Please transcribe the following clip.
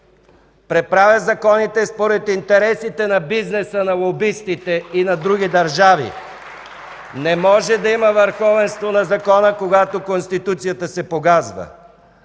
преправя законите според интересите на бизнеса, на лобистите и на други държави! (Ръкопляскания от БСП ЛБ.) Не може да има върховенство на закона, когато Конституцията се погазва,